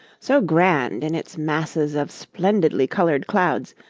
so grand in its masses of splendidly-coloured clouds,